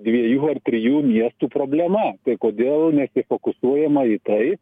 dviejų ar trijų miestų problema kodėl nesifokusuojama į tai